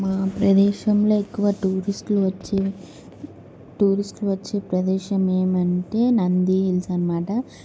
మా ప్రదేశంలో ఎక్కువ టూరిస్టులు వచ్చే టూరిస్టులు వచ్చే ప్రదేశం ఏమంటే నందిహిల్స్ అనమాట